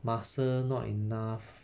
muscle not enough